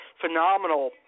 phenomenal